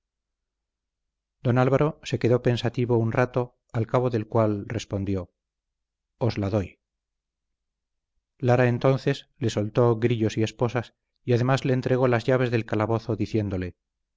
don álvaro se quedó pensativo un rato al cabo del cual respondió os la doy lara entonces le soltó grillos y esposas y además le entregó las llaves del calabozo diciéndole